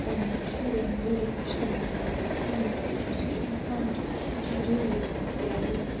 پنٛنٮ۪ن شُرٮ۪ن زُرٮ۪ن ہیٚچھناوان پَنُن یہِ فَن تہٕ یُس یہِ یِہُنٛد فَن چھُ یہِ چھِ جٲری روزان یا یِہوٚے